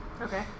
Okay